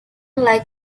like